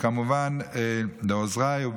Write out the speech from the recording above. כמובן לעוזריי,